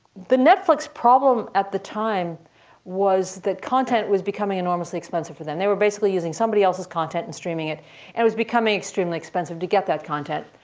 the netflix problem at the time was that content was becoming enormously expensive for them. they were basically using somebody else's content and streaming it, and it was becoming extremely expensive to get that content.